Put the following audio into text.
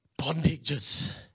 bondages